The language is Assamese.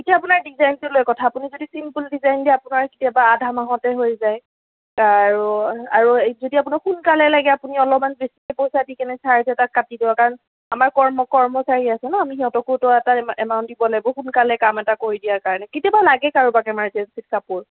তেতিয়া আপোনাৰ ডিজাইনটো লৈ কথা আপুনি যদি চিম্পুল ডিজাইন দিয়ে আপোনাৰ কেতিয়াবা আধা নহওঁতেই হৈ যায় আৰু আৰু যদি আপোনাৰ সোনকালে লাগে আপুনি অলপমান বেছিকৈ পইচা দি কেনে চাৰ্জ এটা কাটিব কাৰণ আমাৰ কৰ্ম কৰ্মচাৰী আছে ন আমি সিহঁতকোতো এটা এমা এমাউণ্ট এটা দিব লাগিব সোনকালে কাম এটা কৰি দিয়াৰ কাৰণে কেতিয়াবা লাগে কাৰোবাক ইমাজেনঞ্চিত কাপোৰ